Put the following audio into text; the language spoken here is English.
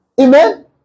Amen